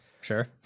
sure